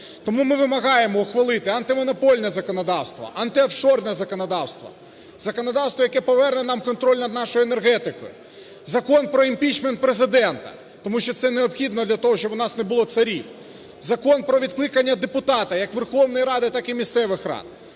Тому ми вимагаємо ухвалити антимонопольне законодавство, антиофшорне законодавство, законодавство, яке поверне нам контроль над нашою енергетикою, Закон про імпічмент Президента, тому що це необхідно для того, щоб у нас було царів, Закон про відкликання депутата, як Верховної Ради так і місцевих рад.